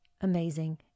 amazing